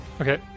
Okay